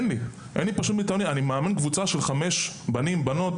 הם אומרים, אני מאמן קבוצה של חמש בנים או בנות